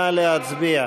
נא להצביע.